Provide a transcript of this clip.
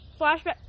flashback